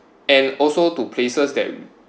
and also to places that